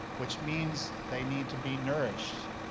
which means they need to be nourished.